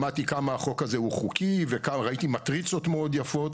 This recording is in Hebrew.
שמעתי כמה החוק הזה הוא חוקי וראיתי מטריצות מאוד יפות.